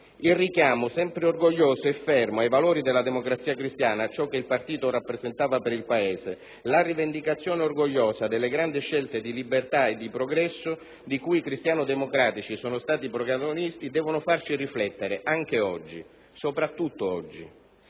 Il richiamo sempre orgoglioso e fermo ai valori della Democrazia cristiana, a ciò che il partito rappresentava per il Paese, la rivendicazione orgogliosa delle grandi scelte di libertà e di progresso di cui i cristianodemocratici sono stati protagonisti, devono farci riflettere anche oggi, soprattutto oggi.